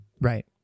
Right